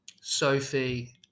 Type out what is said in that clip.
Sophie